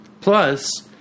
Plus